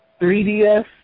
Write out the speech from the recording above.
3DS